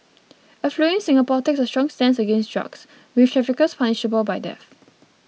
affluent Singapore takes a strong stance against drugs with traffickers punishable by death